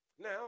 Now